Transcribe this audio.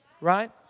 right